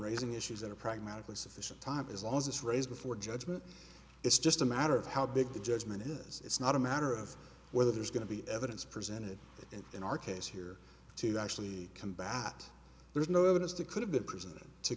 raising issues that are pragmatically sufficient time as long as it's raised before judgment it's just a matter of how big the judgment is it's not a matter of whether there's going to be evidence presented and in our case here to actually combat there's no evidence to could have been presented to